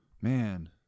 Man